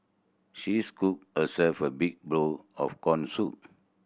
she scooped herself a big bowl of corn soup